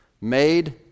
made